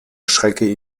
schrecke